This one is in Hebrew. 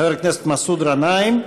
חבר הכנסת מסעוד גנאים,